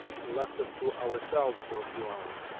and left us to ourselves for a few hours.